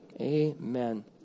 Amen